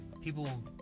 People